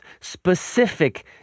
specific